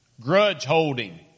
grudge-holding